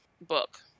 book